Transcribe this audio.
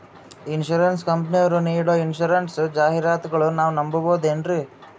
Insurance ಕಂಪನಿಯರು ನೀಡೋ insurance ಜಾಹಿರಾತುಗಳನ್ನು ನಾವು ನಂಬಹುದೇನ್ರಿ?